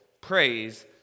praise